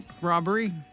robbery